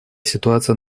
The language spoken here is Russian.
ситуация